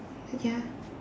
ya